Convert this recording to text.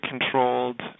controlled